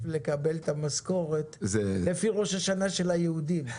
לקבל את המשכורת לפי ראש השנה של היהודים,